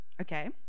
okay